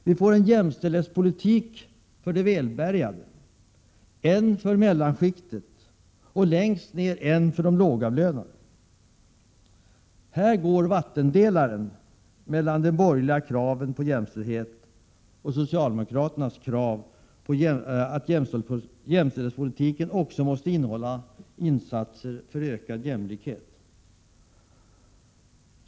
Vi får en jämställdhetspolitik för de välbärgade, en för mellanskiktet och en längst ned för de lågavlönade. Här går vattendelaren mellan de borgerliga kraven på jämställdhet och socialdemokratins krav på att jämställdhetspolitiken också måste innehålla insatser för ökad jämlikhet.